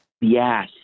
yes